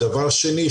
דבר שני,